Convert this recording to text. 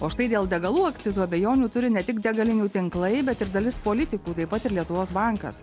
o štai dėl degalų akcizų abejonių turi ne tik degalinių tinklai bet ir dalis politikų taip pat ir lietuvos bankas